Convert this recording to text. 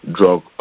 drug